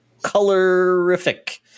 colorific